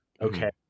okay